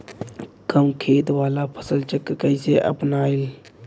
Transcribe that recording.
कम खेत वाला फसल चक्र कइसे अपनाइल?